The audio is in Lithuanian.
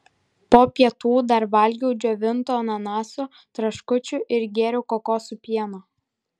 po pietų dar valgiau džiovintų ananasų traškučių ir gėriau kokosų pieno